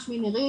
שמי נירית,